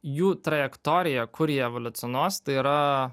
jų trajektorija kur jie evoliucionuos tai yra